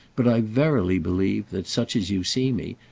but i verily believe that, such as you see me,